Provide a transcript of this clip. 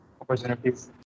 opportunities